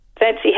fancy